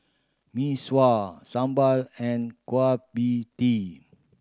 Mee Sua sambal and Kueh Pie Tee